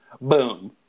Boom